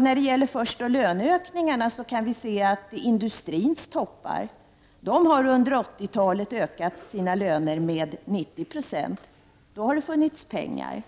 När det gäller löneökningarna kan vi se att industrins toppar under 80 talet har ökat sina löner med 90 26. Då har det funnits pengar.